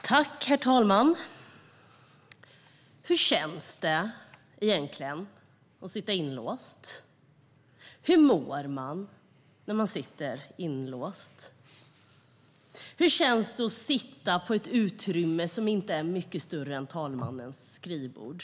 Herr talman! Hur känns det egentligen att sitta inlåst? Hur mår man när man sitter inlåst? Hur känns det att sitta i ett utrymme som inte är mycket större än talmannens skrivbord?